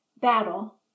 battle